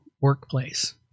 workplace